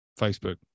Facebook